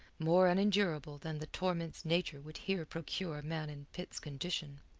more unendurable than the torments nature would here procure a man in pitt's condition.